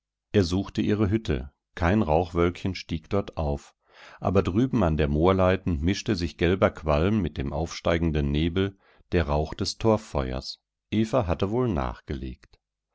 er suchte ihre hütte kein rauchwölkchen stieg dort auf aber drüben an der moorleiten mischte sich gelber qualm mit dem aufsteigenden nebel der rauch des torffeuers eva hatte wohl nachgelegt